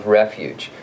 refuge